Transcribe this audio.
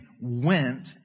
went